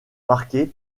marqués